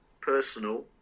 personal